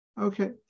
Okay